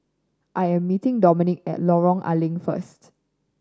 I am meeting Domenic at Lorong A Leng first